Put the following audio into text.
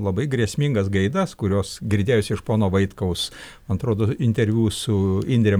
labai grėsmingas gaidas kurios girdėjosi iš pono vaitkaus atrodo interviu su indre